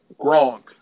Gronk